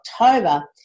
October